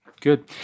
Good